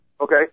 Okay